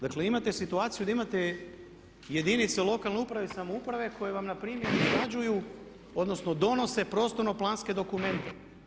Dakle, imate situaciju da imate jedinice lokalne uprave i samouprave koje vam na primjer izrađuju, odnosno donose prostorno-planske dokumente.